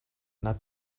not